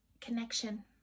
Connection